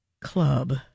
club